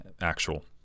actual